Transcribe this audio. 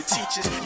Teachers